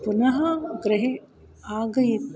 पुनः गृहे आगत्य